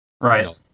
Right